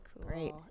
Great